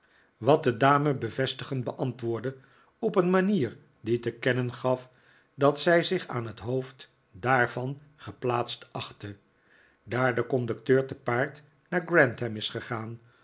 wat de dame bevestigend beantwoordde op een manier die te kennen gaf dat zij zich aan het hoofd daarvan geplaatst achtte daar de conducteur te paard naar grantham is gegaan